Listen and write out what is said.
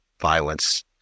violence